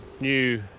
new